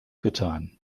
getan